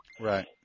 Right